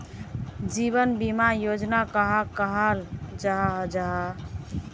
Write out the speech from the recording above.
जीवन बीमा योजना कहाक कहाल जाहा जाहा?